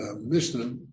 Mishnah